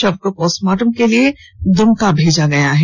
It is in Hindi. शव को पोस्टमार्टम के लिए दुमका भेजा गया है